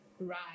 right